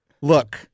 look